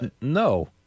No